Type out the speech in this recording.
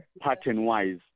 pattern-wise